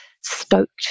stoked